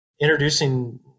introducing